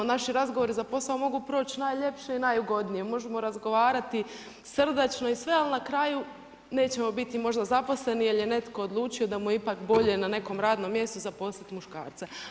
Naši razgovori za posao mogu proći najljepše i najugodnije, možemo razgovarati srdačno i sve ali na kraju nećemo biti možda zaposleni jel je netko odlučio da mu je ipak bolje na nekom radnom mjestu zaposliti muškarca.